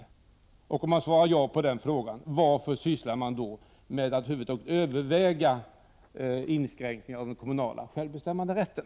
Om bostadsministern svarar ja undrar jag varför man över huvud taget överväger inskränkningar i den kommunala självbestämmanderätten.